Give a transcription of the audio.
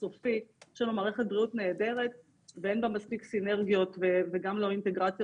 יש לנו מערכת בריאות נהדרת ואין בה מספיק סינרגיה וגם לא אינטגרציה